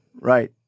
right